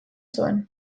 zuen